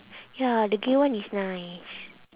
ya the grey one is nice